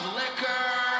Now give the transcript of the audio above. liquor